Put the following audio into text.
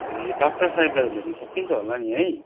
ए doctor साहेबलाई त भेट्न सकिन्छ होला नि है